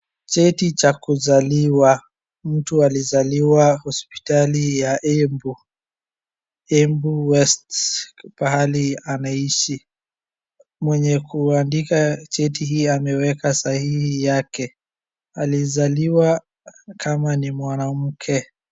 Cheti cha kuzaliwa. Mtu alizaliwa hospitali ya Embu, embuwest pahali anaishi. Mwenye kuandika cheti hii ameweka sahihi yake. Aliizaliwa kama ni mwanamke.